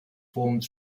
formed